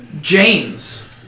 James